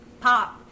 pop